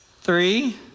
three